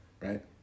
right